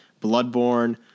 bloodborne